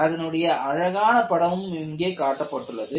இதனுடைய அழகான படமும் இங்கே உள்ளது